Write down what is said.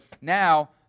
Now